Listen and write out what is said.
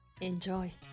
Enjoy